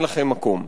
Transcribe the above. אין לכם מקום.